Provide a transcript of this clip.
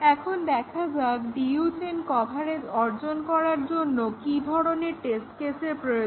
এখন দেখা যাক DU চেইন কভারেজ অর্জন করার জন্য কি ধরণের টেস্ট কেসের প্রয়োজন